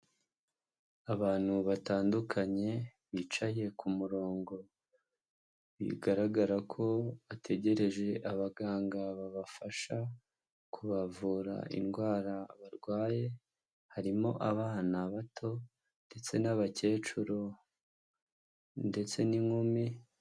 Abantu batandukanye bicaye ku murongo, bigaragara ko bategereje abaganga babafasha kubavura indwara barwaye, harimo abana bato ndetse n'abakecuru ndetse n'inkumi.